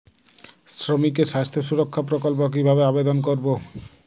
শ্রমিকের স্বাস্থ্য সুরক্ষা প্রকল্প কিভাবে আবেদন করবো?